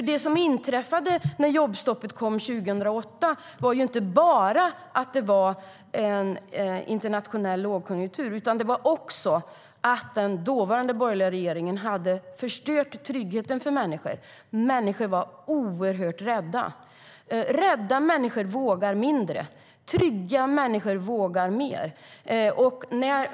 Det som inträffade när jobbstoppet infördes 2008 berodde inte bara på en internationell lågkonjunktur utan det berodde också på att den dåvarande borgerliga regeringen hade förstört tryggheten för människor. Människor var oerhört rädda. Rädda människor vågar mindre. Trygga människor vågar mer.